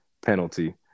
penalty